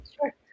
Sure